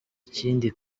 ikindi